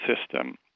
system